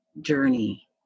journey